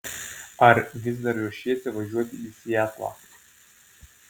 ar vis dar ruošiesi važiuoti į sietlą